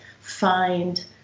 find